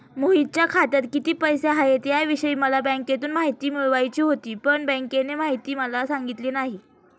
मोहितच्या खात्यात किती पैसे आहेत याविषयी मला बँकेतून माहिती मिळवायची होती, पण बँकेने माहिती मला सांगितली नाही